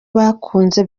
bakunze